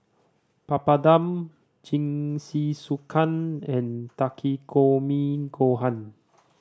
Papadum Jingisukan and Takikomi Gohan